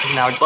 Now